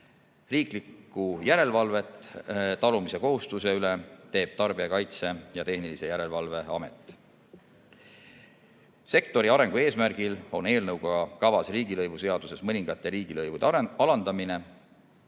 Riiklikku järelevalvet talumiskohustuse üle teeb Tarbijakaitse ja Tehnilise Järelevalve Amet. Sektori arengu eesmärgil on eelnõuga kavas riigilõivuseaduses mõningaid riigilõive alandada.